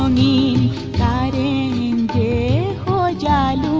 um da da da da da da